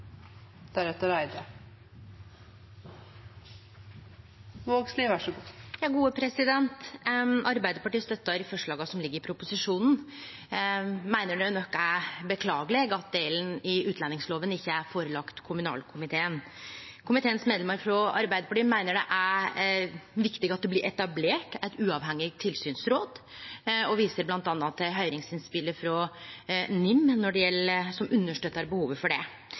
proposisjonen, men meiner det nok er beklageleg at delen som omhandlar utlendingsloven. ikkje er lagd fram for kommunalkomiteen. Komiteens medlemer frå Arbeidarpartiet meiner det er viktig at det blir etablert eit uavhengig tilsynsråd og viser bl.a. til høyringsinnspelet frå NIM, som understøttar behovet for det. Likevel vil eg berre peike på det